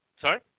Sorry